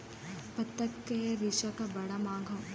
पत्ता के रेशा क बड़ा मांग हौ